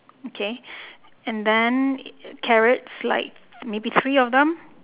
okay and then carrots like maybe three of them